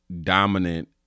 dominant